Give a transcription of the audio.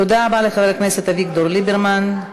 תודה רבה לחבר הכנסת אביגדור ליברמן.